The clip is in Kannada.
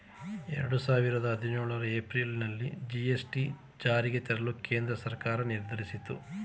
ಎರಡು ಸಾವಿರದ ಹದಿನೇಳರ ಏಪ್ರಿಲ್ ಜಿ.ಎಸ್.ಟಿ ಜಾರಿಗೆ ತರಲು ಕೇಂದ್ರ ಸರ್ಕಾರ ನಿರ್ಧರಿಸಿತು